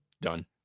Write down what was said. Done